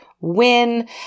win